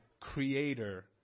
creator